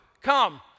Come